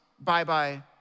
bye-bye